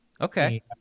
Okay